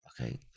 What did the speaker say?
Okay